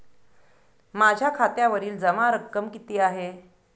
माझ्या खात्यावरील जमा रक्कम किती आहे?